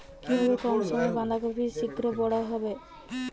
কিভাবে কম সময়ে বাঁধাকপি শিঘ্র বড় হবে?